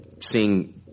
Seeing